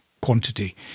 quantity